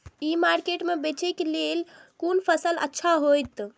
ई market में बेचेक लेल कोन फसल अच्छा होयत?